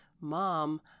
Mom